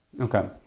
Okay